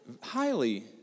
highly